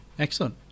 excellent